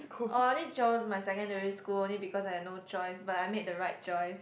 oh I only chose my secondary school only because I had no choice but I made the right choice